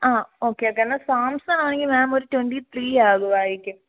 ആ okay okay എന്നാൽ Samsung ആണെങ്കിൽ മാം ഒരു ട്വൻറി ത്രീ ആകുമായിരിക്കും